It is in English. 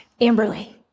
Amberly